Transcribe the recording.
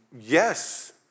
yes